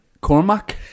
Cormac